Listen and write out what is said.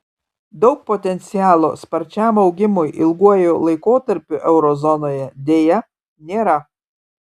daug potencialo sparčiam augimui ilguoju laikotarpiu euro zonoje deja nėra